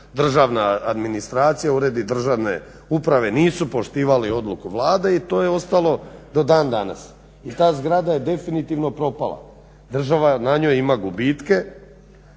državna administracija, uredi državne uprave nisu poštivali odluku Vlade i to je ostalo do dan danas. I ta zgrada je definitivno propala. Država na njoj ima gubitke,